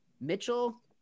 Mitchell